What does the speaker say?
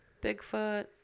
Bigfoot